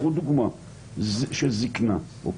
קחו דוגמה של זקנה: